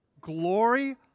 Glory